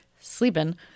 Sleeping